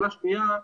שאלה שנייה,